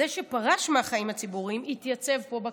זה שפרש מהחיים הציבוריים התייצב פה בכנסת,